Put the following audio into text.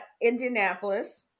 Indianapolis